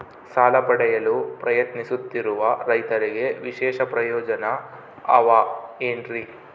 ಸಾಲ ಪಡೆಯಲು ಪ್ರಯತ್ನಿಸುತ್ತಿರುವ ರೈತರಿಗೆ ವಿಶೇಷ ಪ್ರಯೋಜನ ಅವ ಏನ್ರಿ?